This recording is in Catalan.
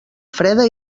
freda